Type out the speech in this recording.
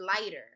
lighter